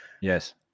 Yes